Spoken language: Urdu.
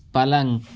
پلنگ